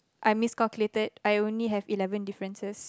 I miscalculated I only have eleven differences